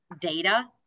data